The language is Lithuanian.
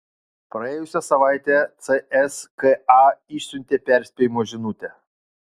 praėjusią savaitę cska išsiuntė perspėjimo žinutę